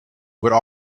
would